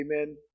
amen